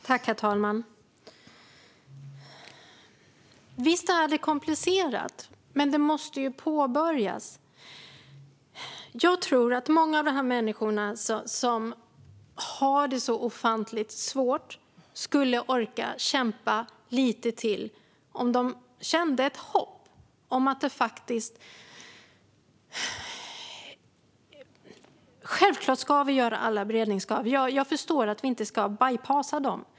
Herr talman! Visst är det komplicerat, men det måste ju påbörjas. Jag tror att många av de människor som har det ofantligt svårt skulle orka kämpa lite till om de kände ett hopp. Självklart ska vi göra alla beredningar. Jag förstår att vi inte ska "bypassa" dem.